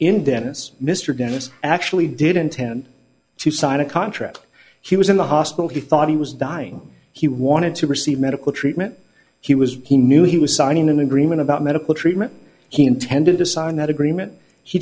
in dennis mr dennis actually did intend to sign a contract he was in the hospital he thought he was dying he wanted to receive medical treatment he was he knew he was signing an agreement about medical treatment he intended to sign that agreement he